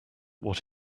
what